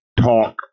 talk